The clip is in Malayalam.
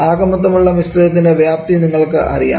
ആകെമൊത്തം ഉള്ള മിശ്രിതത്തിൻറെ വ്യാപ്തി നിങ്ങൾക്കു അറിയാം